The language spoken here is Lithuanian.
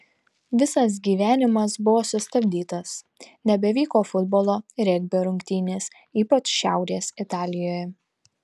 visas gyvenimas buvo sustabdytas nebevyko futbolo regbio rungtynės ypač šiaurės italijoje